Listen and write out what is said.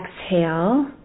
exhale